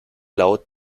laut